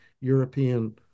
European